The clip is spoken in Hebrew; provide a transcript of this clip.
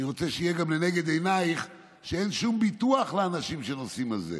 אני רוצה שיהיה גם לנגד עינייך שאין שום ביטוח לאנשים שנוסעים על זה.